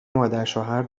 مادرشوهر